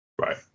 Right